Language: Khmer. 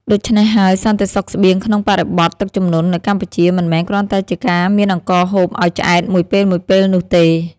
ដូច្នេះហើយ សន្តិសុខស្បៀងក្នុងបរិបទទឹកជំនន់នៅកម្ពុជា មិនមែនគ្រាន់តែជាការមានអង្ករហូបឱ្យឆ្អែតមួយពេលៗនោះទេ។